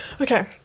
Okay